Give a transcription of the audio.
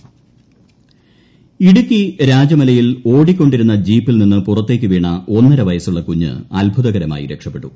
ഇടുക്കി ഇടുക്കി രാജമലയിൽ ഓടിക്കൊണ്ടിരുന്ന ജീപ്പിൽ നിന്ന് പുറത്തേക്ക് വീണ ഒന്നര വയസുള്ള കുഞ്ഞ് അത്ഭുതകരമായി രക്ഷപ്പെട്ടു